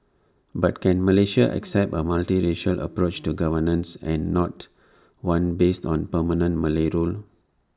but can Malaysia accept A multiracial approach to governance and not one based on permanent Malay rule